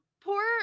poor